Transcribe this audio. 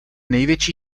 největší